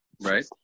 right